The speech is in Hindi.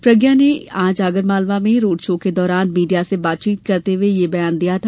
प्रज्ञा ने आज आगरमालवा में रोड शो के दौरान मीडिया से बातचीत करते हुए यह बयान दिया था